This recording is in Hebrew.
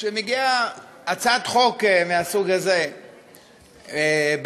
כשמגיעה הצעת חוק מהסוג הזה לפנינו,